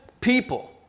people